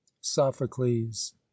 sophocles